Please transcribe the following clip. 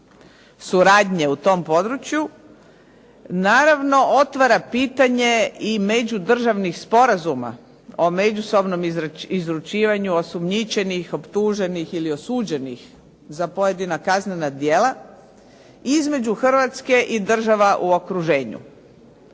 suradnje u tom području, naravno otvara pitanje i međudržavnih sporazuma o međusobnom izručivanju osumnjičenih, optuženih ili osuđenih za pojedina kaznena djela između Hrvatske i država u okruženju.